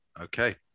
Okay